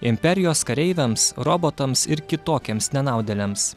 imperijos kareiviams robotams ir kitokiems nenaudėliams